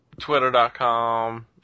Twitter.com